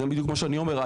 זה בדיוק מה שאני אומר,